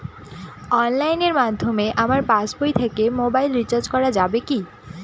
অনলাইনের মাধ্যমে আমার পাসবই থেকে মোবাইল রিচার্জ করা যাবে কি?